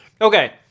Okay